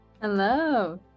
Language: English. hello